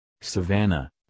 Savannah